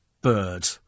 bird